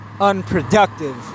unproductive